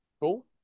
Cool